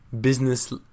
business